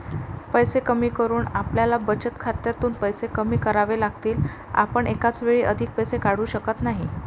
पैसे कमी करून आपल्याला बचत खात्यातून पैसे कमी करावे लागतील, आपण एकाच वेळी अधिक पैसे काढू शकत नाही